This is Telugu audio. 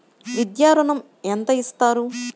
విద్యా ఋణం ఎంత ఇస్తారు?